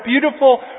beautiful